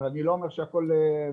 ואני לא אומר שהכל מושלם,